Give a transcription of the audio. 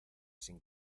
sin